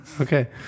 Okay